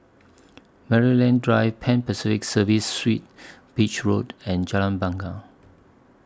Maryland Drive Pan Pacific Serviced Suites Beach Road and Jalan Bungar